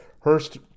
Hurst